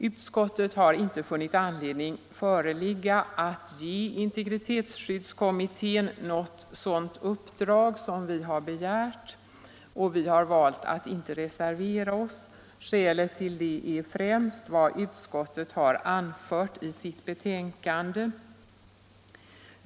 Utskottet har inte funnit anledning föreligga att ge integritetsskyddskommittén något sådant uppdrag som vi begärt, och vi har valt att inte reservera oss. Skälet härtill är främst vad utskottet har anfört i sitt betänkande.